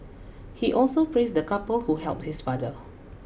he also praised the couple who helped his father